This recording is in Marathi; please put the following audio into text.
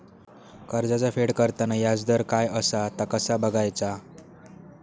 कर्जाचा फेड करताना याजदर काय असा ता कसा बगायचा?